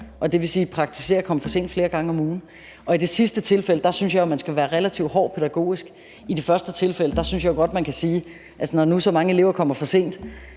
og som praktiserer at komme for sent flere gange om ugen. I det sidste tilfælde synes jeg man skal være relativt hård pædagogisk, men i det første tilfælde synes jeg godt, at man kan sige, at når nu så mange elever kommer for sent,